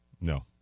No